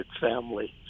family